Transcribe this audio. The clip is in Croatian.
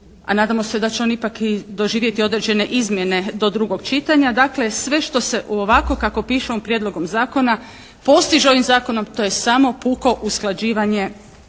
a nadamo se da će on ipak i doživjeti određene izmjene do drugog čitanja dakle, sve što se ovako kako piše u ovom prijedlogu zakona, postiže ovim zakonom, to je samo puko usklađivanje